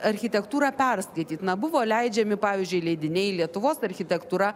architektūrą perskaityt na buvo leidžiami pavyzdžiui leidiniai lietuvos architektūra